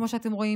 כמו שאתם רואים,